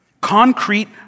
concrete